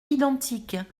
identiques